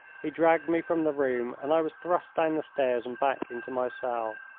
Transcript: he dragged me from the room and i was thrust down the stairs and back into my cell.